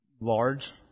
large